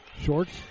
Shorts